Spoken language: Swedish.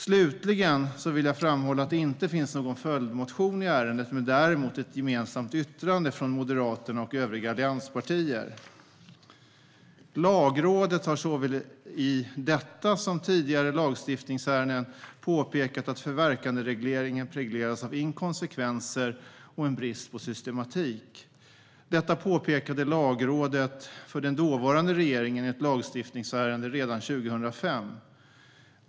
Slutligen vill jag framhålla att det inte finns någon följdmotion i ärendet men ett gemensamt särskilt yttrande från Moderaterna och övriga allianspartier. Lagrådet har i såväl detta som tidigare lagstiftningsärenden påpekat att förverkanderegleringen präglas av inkonsekvenser och en brist på systematik. Detta påpekade Lagrådet för den dåvarande regeringen i ett lagstiftningsärende redan 2005.